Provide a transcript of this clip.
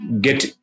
get